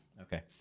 Okay